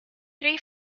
three